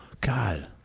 God